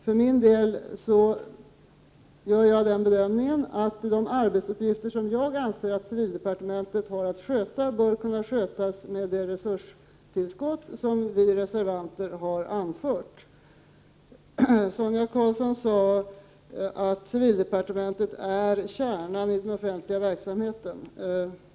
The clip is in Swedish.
För min del gör jag den bedömningen att de arbetsuppgifter som jag anser att civildepartementet har att sköta bör kunna skötas med det resurstillskott som vi reservanter har föreslagit. Sonia Karlsson sade att civildepartementet är kärnan i den offentliga verksamheten.